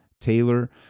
Taylor